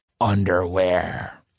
underwear